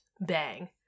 bang